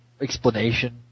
explanation